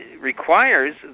requires